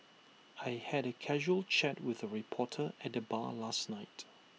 I had A casual chat with A reporter at the bar last night